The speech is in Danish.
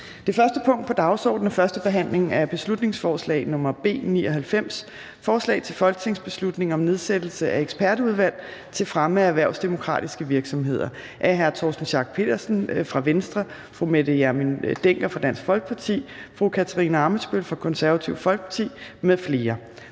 Det første punkt på dagsordenen er: 1) 1. behandling af beslutningsforslag nr. B 99: Forslag til folketingsbeslutning om nedsættelse af ekspertudvalg til fremme af erhvervsdemokratiske virksomheder. Af Torsten Schack Pedersen (V), Mette Hjermind Dencker (DF) og Katarina Ammitzbøll (KF) m.fl.